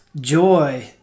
joy